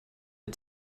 the